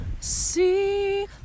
See